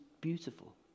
beautiful